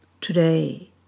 Today